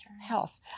health